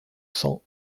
cents